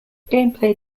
gameplay